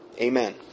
Amen